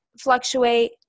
fluctuate